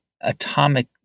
atomic